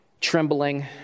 trembling